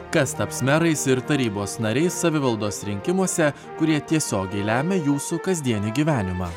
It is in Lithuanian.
kas taps merais ir tarybos nariai savivaldos rinkimuose kurie tiesiogiai lemia jūsų kasdienį gyvenimą